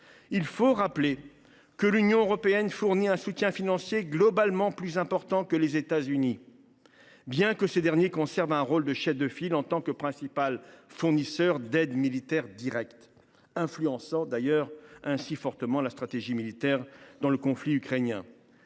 faut rappeler que l’Union européenne fournit un soutien financier globalement plus important que les États Unis, bien que ces derniers conservent un rôle de chef de file en tant que principal fournisseur d’aide militaire directe, influençant d’ailleurs ainsi fortement la stratégie militaire dans le conflit ukrainien.